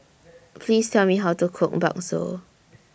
Please Tell Me How to Cook Bakso